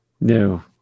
No